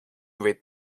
with